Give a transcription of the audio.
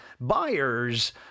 buyers